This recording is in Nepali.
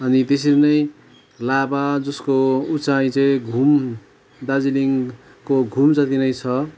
अनि त्यसरी नै लाभा जसको उचाई चाहिँ घुम दार्जिलिङको घुम जति नै छ